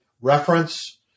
reference